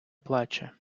плаче